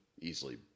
easily